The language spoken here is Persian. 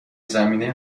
زمینه